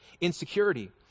insecurity—